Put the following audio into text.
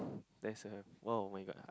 that's a !wow! [oh]-my-god